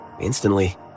Instantly